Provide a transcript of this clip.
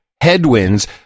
headwinds